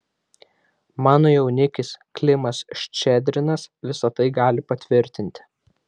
mano jaunikis klimas ščedrinas visa tai gali patvirtinti